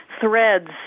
threads